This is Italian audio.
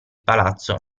palazzo